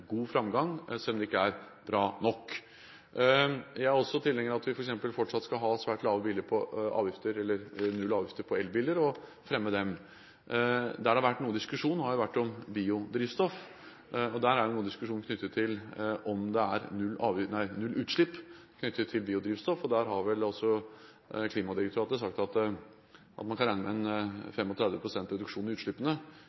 god framgang, selv om det ikke er bra nok. Jeg er også tilhenger av at vi f.eks. fortsatt skal ha null avgifter på elbiler og fremme dem. Der det har vært noe diskusjon, har vært om biodrivstoff. Noe av diskusjonen går på om det er nullutslipp knyttet til biodrivstoff. Der har vel også Klimadirektoratet sagt at man kan regne